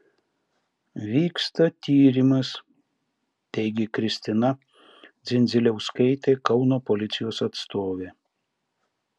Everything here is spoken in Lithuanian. vyksta tyrimas teigė kristina dzindziliauskaitė kauno policijos atstovė